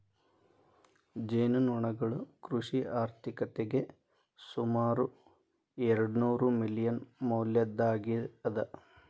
ಜೇನುನೊಣಗಳು ಕೃಷಿ ಆರ್ಥಿಕತೆಗೆ ಸುಮಾರು ಎರ್ಡುನೂರು ಮಿಲಿಯನ್ ಮೌಲ್ಯದ್ದಾಗಿ ಅದ